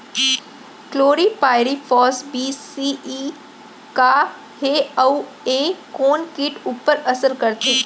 Chlorpyrifos बीस CE का हे अऊ ए कोन किट ऊपर असर करथे?